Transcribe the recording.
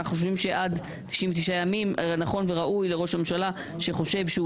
אנחנו חושבים שעד 99 ימים נכון וראוי לראש הממשלה שחושב שהוא